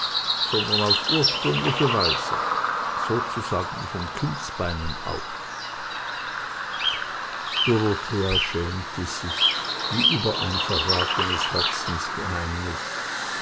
sondern auf ursprüngliche weise sozusagen von kindsbeinen auf dorothea schämte sich wie über ein verratenes